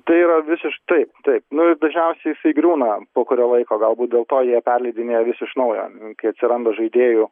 tai yra visiš taip taip nu ir dažniausiai jisai griūna po kurio laiko galbūt dėl to jie perleidinėja vis iš naujo kai atsiranda žaidėjų